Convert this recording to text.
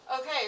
Okay